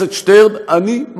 אגב, חבר הכנסת שטרן, אני מסכים.